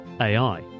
AI